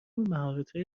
مهارتهای